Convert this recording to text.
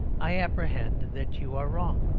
i apprehend that you are wrong.